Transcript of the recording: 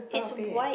it's a wipe